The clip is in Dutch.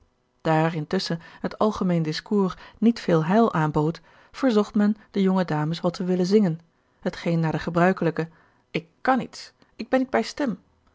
daar intusschen het algemeen discours niet veel heil aanbood verzocht men de jonge dames wat te willen zingen hetgeen na de gebruikelijke ik kan niets ik ben niet bij stem